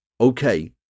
okay